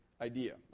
idea